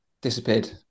disappeared